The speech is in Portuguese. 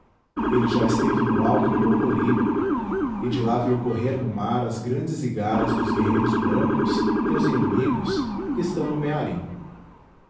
ele já esteve no alto do mocoribe e de lá viu correr no mar as grandes igaras dos guerreiros brancos teus inimigos que estão